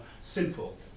Simple